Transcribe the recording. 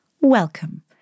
welcome